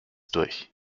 durch